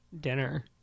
Dinner